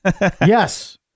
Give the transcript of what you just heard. Yes